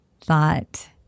thought